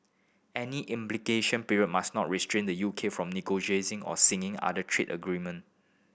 any implementation period must not restrain the U K from negotiating or signing other trade agreement